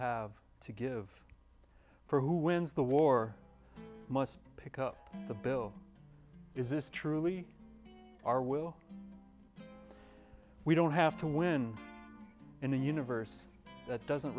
have to give for who wins the war must pick up the bill is this truly our will we don't have to win in a universe that doesn't